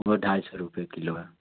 وہ ڈھائی سو روپے کلو ہے